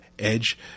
edge